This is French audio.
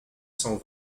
cent